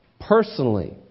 personally